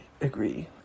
agree